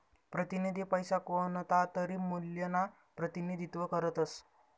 प्रतिनिधी पैसा कोणतातरी मूल्यना प्रतिनिधित्व करतस